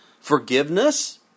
Forgiveness